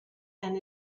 and